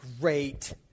great